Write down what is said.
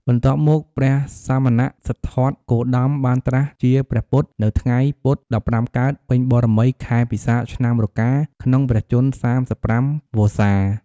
បន្ទាប់មកព្រះសមណសិទ្ធត្ថគោតម បានត្រាស់ជាព្រះពុទ្ធនៅថ្ងៃពុធ ១៥ កើតពេញបូណ៌មី ខែពិសាខ ឆ្នាំរកា ក្នុងព្រះជន្ម ៣៥ វស្សា។